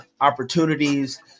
opportunities